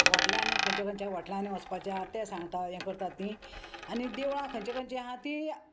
वॉटलांनी खंयच्या खंयच्या वॉटलांनी वचपाचें आहा तें सांगता हें करतात तीं आनी देवळां खंयची खंयची आहा ती